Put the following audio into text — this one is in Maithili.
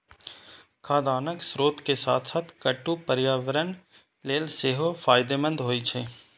खाद्यान्नक स्रोत के साथ साथ कट्टू पर्यावरण लेल सेहो फायदेमंद होइ छै